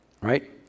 right